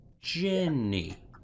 Jenny